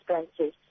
expenses